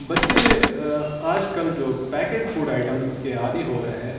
بچے آج کل جو پیکٹ فوڈ آئٹمس کے عادی ہو رہے ہیں